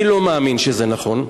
אני לא מאמין שזה נכון.